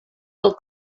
del